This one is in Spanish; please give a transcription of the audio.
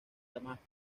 damasco